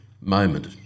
moment